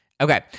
Okay